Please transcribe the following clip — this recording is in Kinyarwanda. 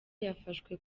yafashwe